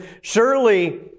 surely